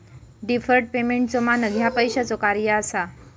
deferred पेमेंटचो मानक ह्या पैशाचो कार्य असा